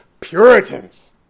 Puritans